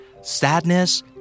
sadness